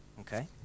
Okay